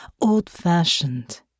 old-fashioned